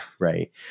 right